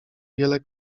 wiele